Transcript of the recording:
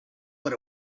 but